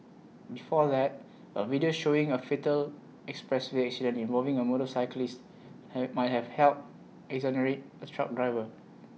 before that A video showing A fatal expressway accident involving A motorcyclist he might have helped exonerate A truck driver